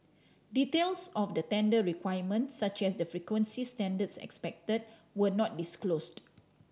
details of the tender requirements such as the frequency standards expected were not disclosed